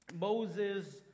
Moses